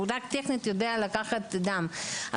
הוא רק טכנית יודע לקחת דם.